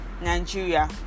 Nigeria